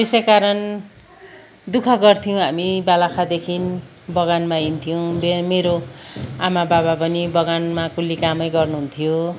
त्यसै कारण दुःख गर्थ्यौँ हामी बालखदेखिन् बगानमा हिँड्थ्यौँ मेरो आमा बाबा पनि बगानमा कुल्ली कामै गर्नु हुन्थ्यो